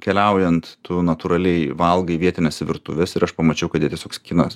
keliaujant tu natūraliai valgai vietines virtuves ir aš pamačiau kad jie tiesiog skinas